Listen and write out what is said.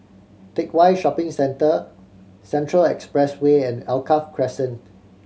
Teck Whye Shopping Centre Central Expressway and Alkaff Crescent